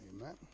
Amen